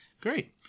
Great